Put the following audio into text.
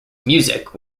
music